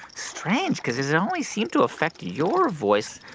strange cause it only seemed to affect your voice.